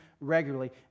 regularly